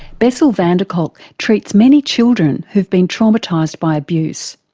bessel van der kolk treats many children who have been traumatised by abuse.